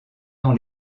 dans